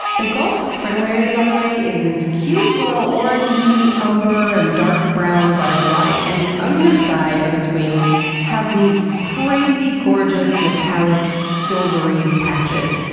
the gulf fritillary, by the way, is this cute little orangey, umber, and dark brown butterfly, and the underside of its wings have these crazy, gorgeous, metallic, silvery patches.